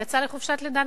היא יצאה לחופשת לידה.